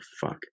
fuck